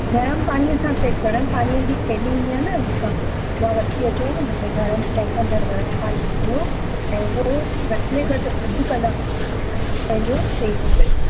गर्म पाणीअ सां सेक गर्म पाणीअ जी थैली ईंदी आ न जेका उहा वठी अचो न हिते गर्म टैंकदण गर्म पाणी विझो ऐं ॿियो घटि में घटि अधु कलाकु पंहिंजो सेक कयो